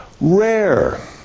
Rare